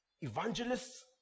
evangelists